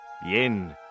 Bien